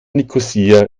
nikosia